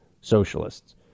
socialists